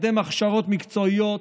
נקדם הכשרות מקצועיות,